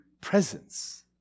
presence